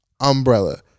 Umbrella